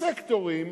הסקטורים